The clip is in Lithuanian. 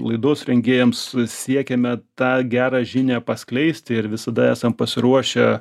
laidos rengėjams siekiame tą gerą žinią paskleisti ir visada esam pasiruošę